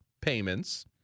payments